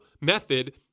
method